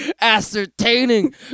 Ascertaining